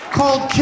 Called